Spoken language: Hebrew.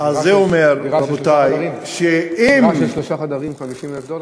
דירה של שלושה חדרים 50,000 דולר?